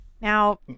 Now